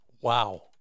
Wow